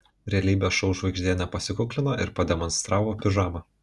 realybės šou žvaigždė nepasikuklino ir pademonstravo pižamą